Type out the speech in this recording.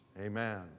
Amen